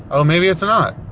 oh, maybe it's not!